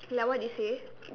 like what they say